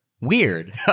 weird